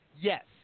Yes